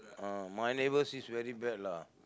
uh my neighbours is very bad lah